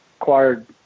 acquired